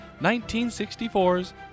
1964's